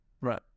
Right